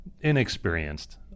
inexperienced